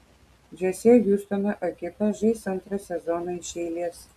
jose hjustono ekipa žais antrą sezoną iš eilės